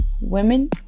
Women